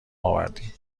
آوردیم